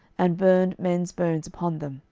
and burned men's bones upon them,